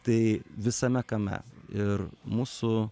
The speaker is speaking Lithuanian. tai visame kame ir mūsų